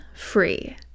free